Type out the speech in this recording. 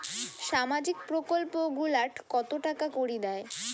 সামাজিক প্রকল্প গুলাট কত টাকা করি দেয়?